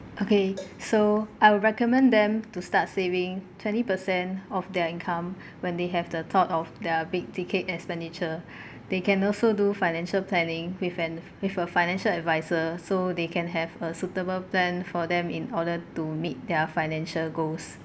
okay so I would recommend them to start saving twenty percent of their income when they have the thought of their big-ticket expenditure they can also do financial planning with an with a financial adviser so they can have a suitable plan for them in order to meet their financial goals